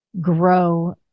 grow